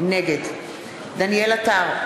נגד דניאל עטר,